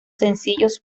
sencillos